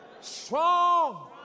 strong